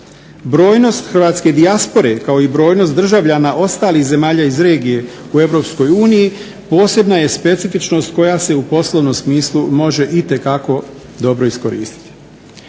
Brojnost hrvatske dijaspore kao i brojnost državljana ostalih zemalja iz regije u EU posebna je specifičnost koja se u poslovnom smislu može itekako dobro iskoristiti.